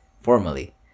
formally